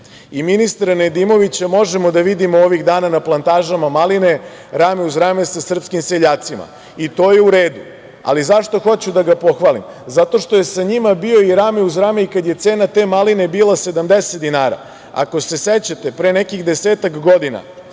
Ministra Nedimovića možemo da vidimo ovih dana na plantažama maline, rame uz rame sa srpskim seljacima, i to je u redu. Ali, zašto hoću da ga pohvalim? Zato što je sa njima bio i rame uz rame i kada je cena te maline bila 70 dinara. Ako se sećate, pre neki desetak godina,